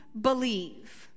believe